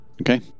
Okay